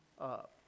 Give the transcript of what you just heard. up